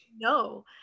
no